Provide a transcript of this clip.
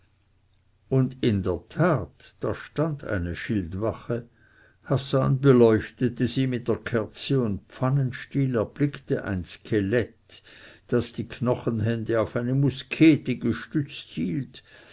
und in der tat da stand eine schildwache hassan beleuchtete sie mit der kerze und pfannenstiel erblickte ein skelett das die knochenhände auf eine muskete gestützt hielt